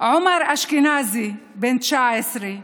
עומר אשכנזי, בן 19,